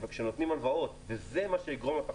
שנותנים הלוואות, וזה מה שיגרום לתחרות.